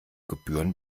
gebühr